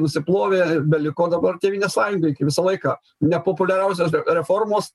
nusiplovė beliko dabar tėvynės sąjungai kai visą laiką nepopuliariausios reformos